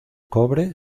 cobre